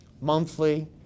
monthly